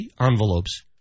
envelopes